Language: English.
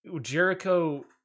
Jericho